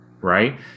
right